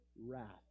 wrath